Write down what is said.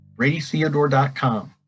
BradyTheodore.com